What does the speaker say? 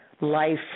life